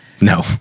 No